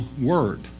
Word